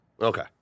Okay